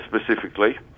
specifically